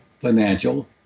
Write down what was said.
financial